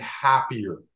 happier